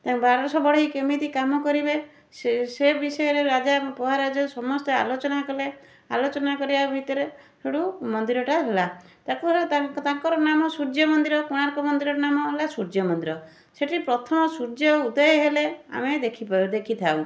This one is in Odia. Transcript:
ତାକୁ ବାରଶହ ବଢ଼େଇ କେମିତି କାମ କରିବେ ସେ ବିଷୟରେ ରାଜା ମହାରାଜା ସମସ୍ତେ ଆଲୋଚନା କଲେ ଆଲୋଚନା କରିବା ଭିତରେ ସେଇଠୁ ମନ୍ଦିରଟା ହେଲା ତାଙ୍କର ନାମ ସୂର୍ଯ୍ୟ ମନ୍ଦିର କୋଣାର୍କ ମନ୍ଦିରର ନାମ ହେଲା ସୂର୍ଯ୍ୟ ମନ୍ଦିର ସେଇଠି ପ୍ରଥମ ସୂର୍ଯ୍ୟ ଉଦୟ ହେଲେ ଆମେ ଦେଖିପାରୁ ଦେଖିଥାଉ